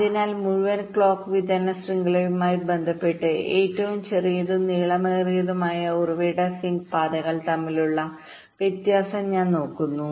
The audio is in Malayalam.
അതിനാൽ മുഴുവൻ ക്ലോക്ക് വിതരണ ശൃംഖലയുമായി ബന്ധപ്പെട്ട് ഏറ്റവും ചെറിയതും നീളമേറിയതുമായ ഉറവിട സിങ്ക് പാതകൾ തമ്മിലുള്ള വ്യത്യാസം ഞങ്ങൾ നോക്കുന്നു